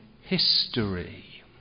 history